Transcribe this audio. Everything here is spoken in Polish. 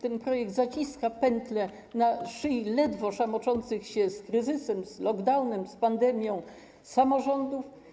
Ten projekt zaciska pętlę na szyi ledwo szamocących się z kryzysem, z lockdownem, z pandemią samorządów.